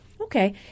Okay